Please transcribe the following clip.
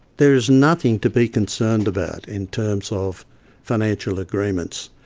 there is nothing to be concerned about in terms of financial agreements.